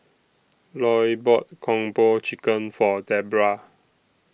Loy bought Kung Po Chicken For Debra